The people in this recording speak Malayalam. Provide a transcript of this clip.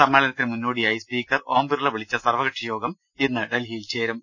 സമ്മേളന ത്തിന് മുന്നോടിയായി സ്പീക്കർ ഓംബിർള വിളിച്ച സർവകക്ഷിയോഗം ഇന്ന് ഡൽഹിയിൽ ചേരും